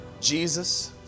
Jesus